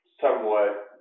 somewhat